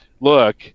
look